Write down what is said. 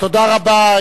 תודה רבה.